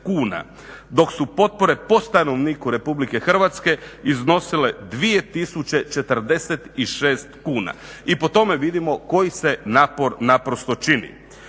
dok su potpore po stanovniku Republike Hrvatske iznosile 2046 kuna. I po tome vidimo koji se napor naprosto čini.